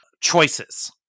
choices